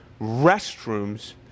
restrooms